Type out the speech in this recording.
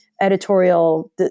editorial